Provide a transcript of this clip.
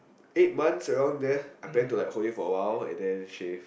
eight months around there I plan to hold it for awhile and then shave